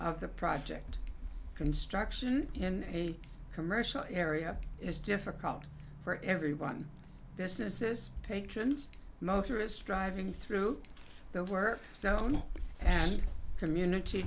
of the project construction in a commercial area is difficult for everyone businesses patrons motorist driving through the work so on and community